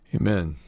Amen